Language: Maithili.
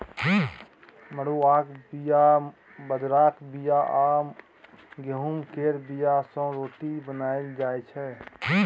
मरुआक बीया, बजराक बीया आ गहुँम केर बीया सँ रोटी बनाएल जाइ छै